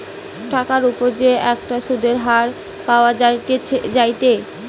টাকার উপর যে একটা সুধের হার পাওয়া যায়েটে